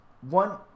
One